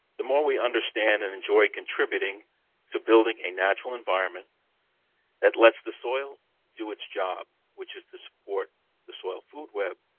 the more we understand and enjoy contributing to building a natural environment that lets the soil do its job. which is to support the soil food web,